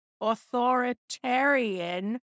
authoritarian